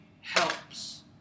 helps